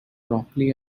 broccoli